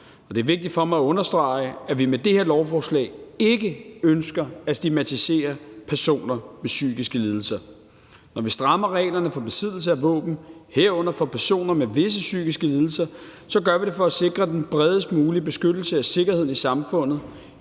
Det er vigtigt for mig at understrege, at vi med det her lovforslag ikke ønsker at stigmatisere personer med psykiske lidelser. Når vi strammer reglerne for besiddelse af våben, herunder for personer med visse psykiske lidelser, gør vi det for at sikre den bredest mulige beskyttelse af sikkerhedeni samfundet,